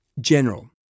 General